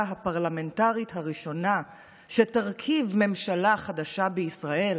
הפרלמנטרית הראשונה שתרכיב ממשלה חדשה בישראל,